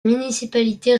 municipalité